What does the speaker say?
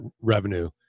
revenue